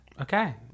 okay